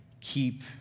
keep